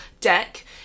deck